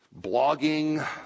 blogging